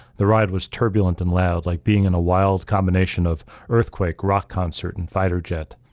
the ride was turbulent and loud like being in a wild combination of earthquake, rock concert, and fighter jet.